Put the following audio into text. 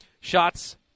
Shots